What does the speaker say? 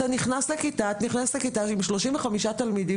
את נכנסת לכיתה עם 35 תלמידים,